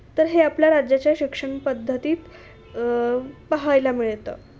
तर हे आपल्या राज्याच्या शिक्षण पद्धतीत पाहायला मिळतं